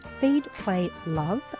feedplaylove